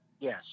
Yes